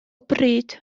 bryd